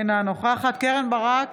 אינה נוכחת קרן ברק,